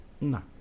No